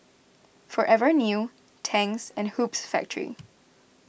Forever New Tangs and Hoops Factory